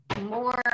more